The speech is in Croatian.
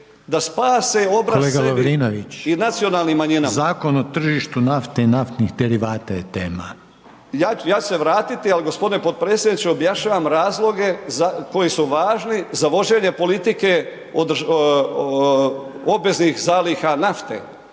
Ivan (Promijenimo Hrvatsku)** Ja ću se vratiti, ali gospodine potpredsjedniče objašnjavam razloge koji su važni za vođenje politike obveznih zaliha nafte,